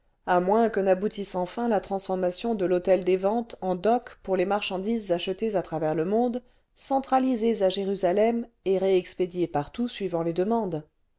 à moins que n'aboutisse enfin la transformation de yiôtel des ventes en docks pour les marchandises achetées à travers le monde centralisées à jérusalem et réexpédiées partout suivant les demandes